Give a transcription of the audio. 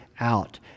Out